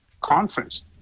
conference